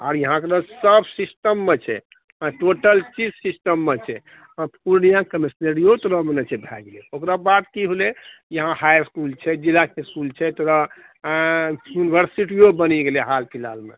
आर इएह सब सिस्टममे छै टोटल चीज सिस्टममे छै पूर्णिया कमीश्नरियो तोरा मने छै भए गेल ओकराबाद की होलै यहाँ हाइ इसकुल छै जिलाके इसकुल छै तोरा यूनिवर्सिटीयो बनि गेलै हाल फिलहालमे